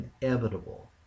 inevitable